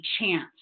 chance